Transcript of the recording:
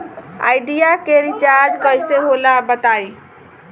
Idea के recharge कइसे होला बताई?